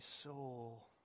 soul